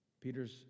Peter's